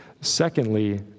secondly